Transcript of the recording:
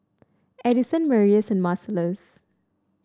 Addyson Marius and Marcellus